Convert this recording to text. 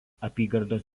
apygardos